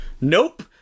Nope